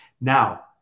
Now